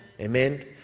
Amen